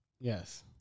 Yes